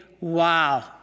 wow